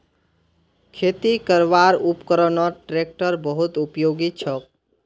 खेती करवार उपकरनत ट्रेक्टर बहुत उपयोगी छोक